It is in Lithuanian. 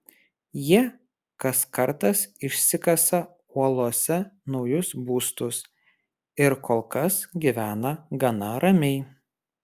jie kas kartas išsikasa uolose naujus būstus ir kol kas gyvena gana ramiai